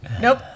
nope